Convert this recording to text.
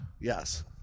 Yes